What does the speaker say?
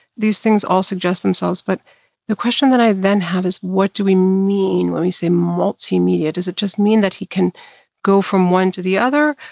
these things all suggest themselves. but the question that i then have is, what do we mean when we say multimedia? does it just mean that he can go from one to the other?